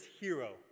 hero